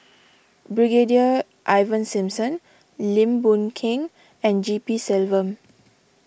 Brigadier Ivan Simson Lim Boon Keng and G P Selvam